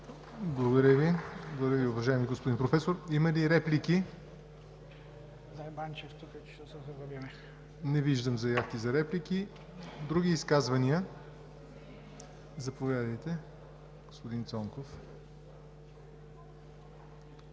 Благодаря Ви, уважаеми господин Професор. Има ли реплики? Не виждам заявки. Други изказвания? Заповядайте, господин Цонков,